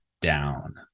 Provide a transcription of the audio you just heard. down